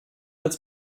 als